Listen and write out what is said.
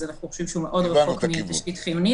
לכן אנחנו חושבים שהוא מאוד רחוק מתשתית חיונית.